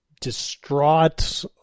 distraught